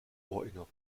ohrinneren